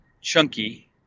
chunky